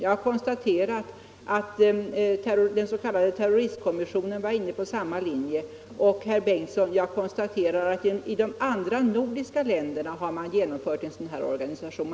Jag har konstaterat att den s.k. terroristkommissionen var inne på samma linje, och jag konstaterar också, herr Bengtsson, att man i de andra nordiska länderna har genomfört en sådan här organisation.